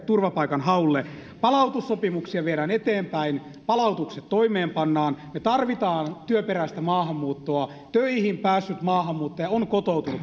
turvapaikanhaulle palautussopimuksia viedään eteenpäin palautukset toimeenpannaan me tarvitsemme työperäistä maahanmuuttoa töihin päässyt maahanmuuttaja on kotoutunut